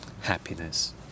happiness